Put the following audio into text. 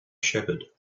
shepherd